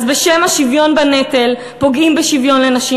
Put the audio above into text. אז בשם השוויון בנטל פוגעים בשוויון הנשים